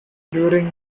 during